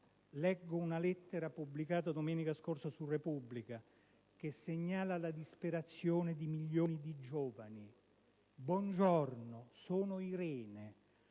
leggo una lettera pubblicata domenica scorsa su «la Repubblica», che segnala la disperazione di milioni di giovani. «Mi presento, sono Irene,